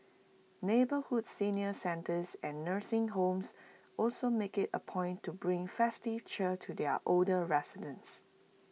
neighbourhood senior centres and nursing homes also make IT A point to bring festive cheer to their older residents